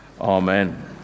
Amen